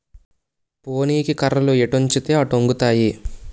పోనీకి కర్రలు ఎటొంచితే అటొంగుతాయి